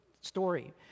story